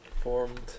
formed